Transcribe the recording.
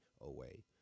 away